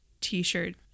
t-shirt